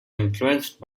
influenced